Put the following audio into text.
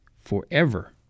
forever